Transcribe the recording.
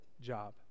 job